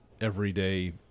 everyday